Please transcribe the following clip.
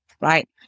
right